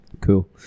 Cool